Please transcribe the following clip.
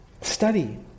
Study